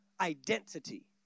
identity